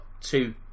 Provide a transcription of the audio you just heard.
two